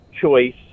choice